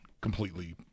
completely